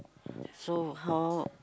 so how